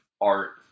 art